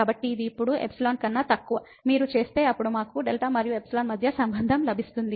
కాబట్టి ఇది ఇప్పుడు ϵ కన్నా తక్కువ మీరు చేస్తే అప్పుడు మాకు δ మరియు ϵ మధ్య సంబంధం లభిస్తుంది